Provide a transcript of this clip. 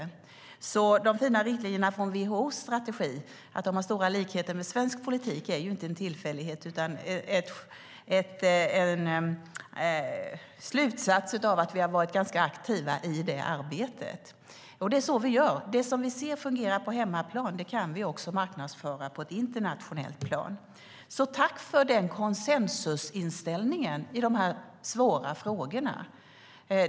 Att de fina riktlinjerna i WHO:s strategi har stora likheter med svensk politik är inte en tillfällighet utan ett resultat av att vi varit ganska aktiva i det arbetet. Det är så vi gör. Det som vi ser fungerar på hemmaplan kan vi marknadsföra också på ett internationellt plan. Tack för den konsensusinställningen i dessa svåra frågor!